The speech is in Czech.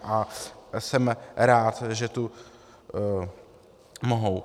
A jsem rád, že tu mohou...